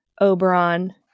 Oberon